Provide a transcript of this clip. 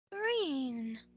Green